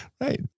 Right